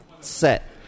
set